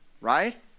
right